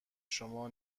شما